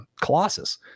Colossus